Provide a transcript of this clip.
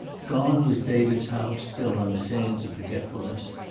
gone was david's house built on the sands of forgetfulness.